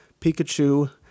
Pikachu